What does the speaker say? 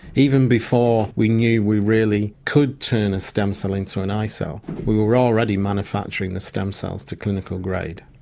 even before we knew we really could turn a stem cell into an eye cell, we were already manufacturing the stem cells to clinical grade.